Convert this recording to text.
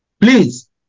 Please